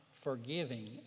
Forgiving